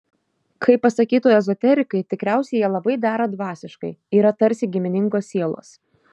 kaip pasakytų ezoterikai tikriausiai jie labai dera dvasiškai yra tarsi giminingos sielos